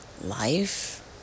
life